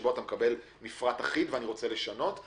שבו אתה מקבל מפרט אחיד ורוצה לשנות,